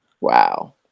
wow